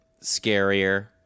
scarier